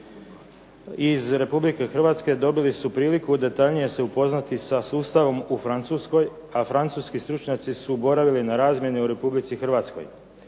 iz Republike Hrvatske dobili su priliku detaljnije se upoznati sa sustavom u Francuskoj, a Francuski stručnjaci su boravili na razmjeni u Republici Hrvatskoj.